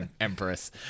Empress